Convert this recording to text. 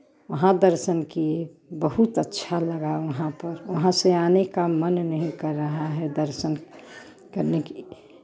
वहाँ दर्शन किए बहुत अच्छा लगा वहाँ पर वहाँ से आने का मन नहीं कर रहा है दर्शन करने की